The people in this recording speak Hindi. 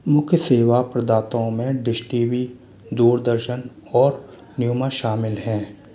मुख्य सेवा प्रदाताओं में डिश टी वी दूरदर्शन और न्यूमा शामिल हैं